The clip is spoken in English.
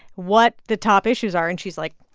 what the top issues are. and she's, like,